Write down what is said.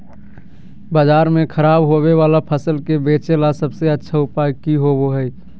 बाजार में खराब होबे वाला फसल के बेचे ला सबसे अच्छा उपाय की होबो हइ?